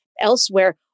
elsewhere